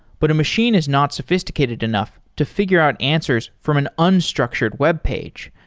but a machine is not sophisticated enough to figure out answers from an unstructured webpage.